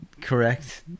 correct